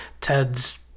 Ted's